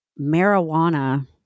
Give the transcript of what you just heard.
marijuana